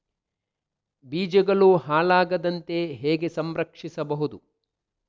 ಬೀಜಗಳು ಹಾಳಾಗದಂತೆ ಹೇಗೆ ಸಂರಕ್ಷಿಸಬಹುದು?